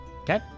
Okay